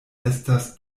estas